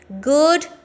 good